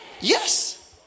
Yes